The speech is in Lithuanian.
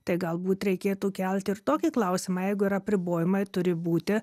tai galbūt reikėtų kelt ir tokį klausimą jeigu yra apribojimai turi būti